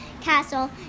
castle